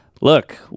Look